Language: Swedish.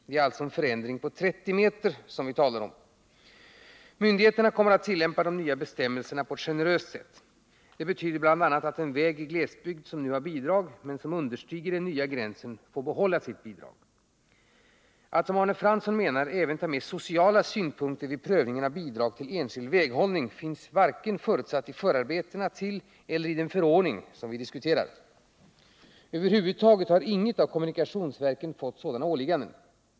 Det är alltså en förändring på 30 m som vi talar om. Myndigheterna kommer att tillämpa de nya bestämmelserna på ett generöst sätt. Det betyder bl.a. att en väg i glesbygd som nu har bidrag men som understiger den nya gränsen får behålla sitt bidrag. Att som Arne Fransson menar även ta med sociala synpunkter vid prövningen av bidrag till enskild väghållning finns varken förutsatt i förarbetena till eller i den förordning som vi diskuterar. Över huvud taget har inget av kommunikationsverken fått sådana åligganden.